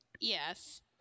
Yes